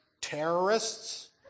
terrorists